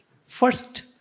First